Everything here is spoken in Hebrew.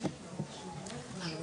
צח,